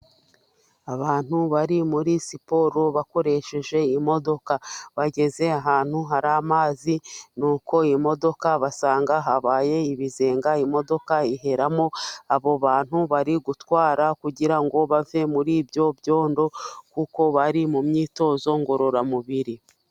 Abantu bari muri siporo bakoresheje imodoka, bageze ahantu hari amazi nuko iyo modoka basanga habaye ibizenga imodoka iheramo, abo bantu bari gutwara kugirango bave muri ibyo byondo kuko bari mu myitozo ngororamubiri.